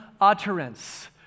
utterance